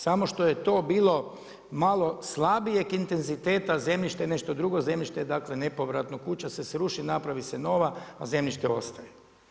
Samo što je to bilo malo slabijeg intenziteta zemljište je nešto drugo, zemljište je dakle, nepovratno, kuća se sruši, napravi se nova, a zemljište ostaje.